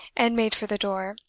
and made for the door,